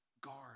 guard